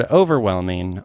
overwhelming